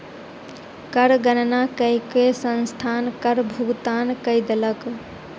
कर गणना कय के संस्थान कर भुगतान कय देलक